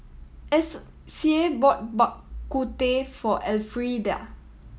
Sie bought Bak Kut Teh for Elfrieda